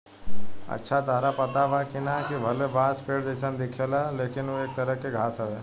अच्छा ताहरा पता बा की ना, कि भले बांस पेड़ जइसन दिखेला लेकिन उ एक तरह के घास हवे